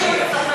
להמשיך.